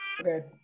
Okay